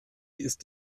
ist